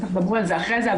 בטח ידברו על זה אחרי זה,